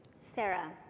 Sarah